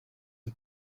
the